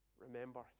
Remember